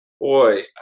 boy